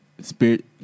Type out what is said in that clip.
spirit